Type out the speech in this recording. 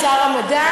עם שר המדע